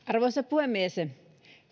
arvoisa puhemies tosi